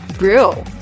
real